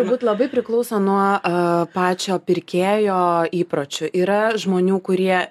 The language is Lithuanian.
turbūt labai priklauso nuo pačio pirkėjo jo įpročių yra žmonių kurie